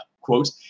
Quote